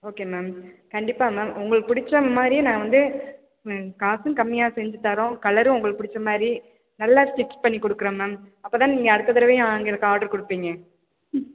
okay ma'am கண்டிப்பாக ma'am உங்களுக்கு பிடிச்சா மாதிரியே நான் வந்து ம் காசும் கம்மியாக செஞ்சுத்தரோம் கலரும் உங்களுக்கு பிடிச்ச மாதிரி நல்லா ஸ்டிட்ச் பண்ணிக்கொடுக்குறேன் மேம் அப்போ தான் நீங்கள் அடுத்த தடவையும் எங்களுக்கு ஆர்டர் கொடுப்பிங்க